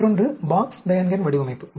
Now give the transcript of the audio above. மற்றொன்று Box Behnken வடிவமைப்பு